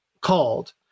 called